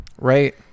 right